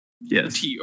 Yes